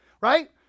Right